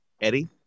Eddie